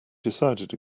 decided